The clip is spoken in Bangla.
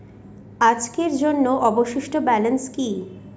আজকের জন্য অবশিষ্ট ব্যালেন্স কি?